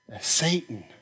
Satan